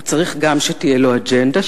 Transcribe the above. הוא צריך גם שתהיה לו אג'נדה,